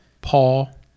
Paul